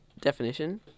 definition